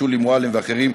שולי מועלם ואחרים,